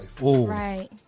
Right